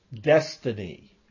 destiny